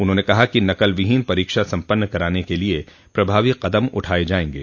उन्होंने कहा कि नकलविहीन परीक्षा सम्पन्न कराने के लिए प्रभावी कदम उठाये जायेंगे